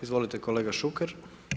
Izvolite kolega Šuker.